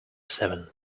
seven